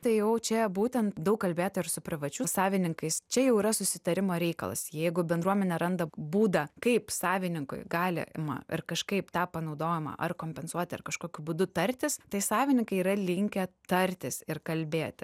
tai jau čia būtent daug kalbėta ir su privačių savininkais čia jau yra susitarimo reikalas jeigu bendruomenė randa būdą kaip savininkui galima ir kažkaip tą panaudojimą ar kompensuoti ar kažkokiu būdu tartis tai savininkai yra linkę tartis ir kalbėti